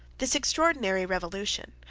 this extraordinary revolution,